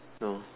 no